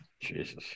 Jesus